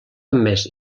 més